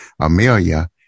Amelia